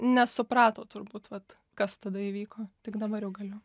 nesuprato turbūt vat kas tada įvyko tik dabar jau galiu